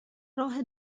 راه